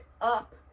up